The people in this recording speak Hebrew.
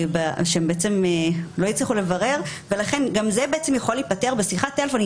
גם זה יכול להיפתר בשיחת טלפון.